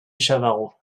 chavarot